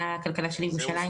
בכלכלה של ירושלים.